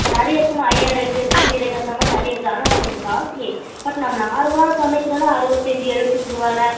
நிறைய இருக்குதும்மா ஐயாரெட்டு இருக்குது ஜீரகசம்பா நிறைய இருக்குது ஆனால் அது கொஞ்சம் காஸ்ட்லி பட் நம்ம நார்மலாக சமைக்கிறதுன்னா அறுபத்தஞ்சி எழுபத்தஞ்சி ரூவால